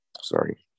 Sorry